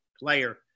Player